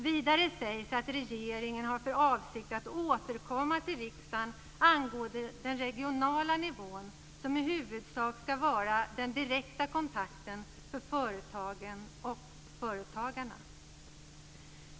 Vidare sägs att regeringen har för avsikt att återkomma till riksdagen angående den regionala nivån, som i huvudsak ska vara den direkta kontakten för företagen och företagarna.